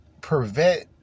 prevent